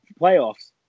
playoffs